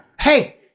Hey